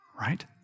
right